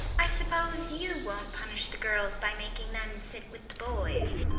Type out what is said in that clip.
i suppose you won't punish the girls by making them sit with the boys?